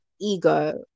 ego